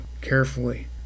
carefully